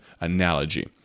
analogy